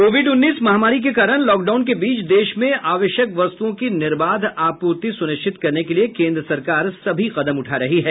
Covid उन्नीस महामारी के कारण लॉकडाउन के बीच देश में आवश्यक वस्तुओं की निर्बाध आपूर्ति सुनिश्चित करने के लिए केन्द्र सरकार सभी कदम उठा रही है